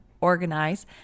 organize